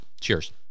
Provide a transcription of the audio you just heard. Cheers